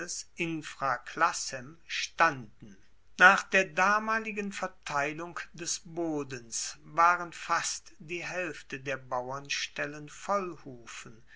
classem standen nach der damaligen verteilung des bodens waren fast die haelfte der bauernstellen